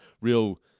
real